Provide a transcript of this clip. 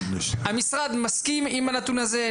המשרד מסכים עם הנתון הזה,